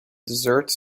deserts